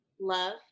Love